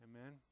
Amen